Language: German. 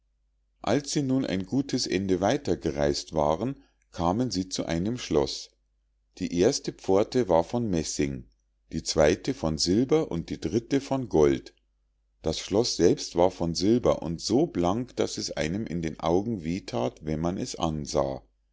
als sie nun ein gutes ende weiter gereis't waren kamen sie zu einem schloß die erste pforte war von messing die zweite von silber und die dritte von gold das schloß selbst war von silber und so blank daß es einem in den augen weh that wenn man es ansah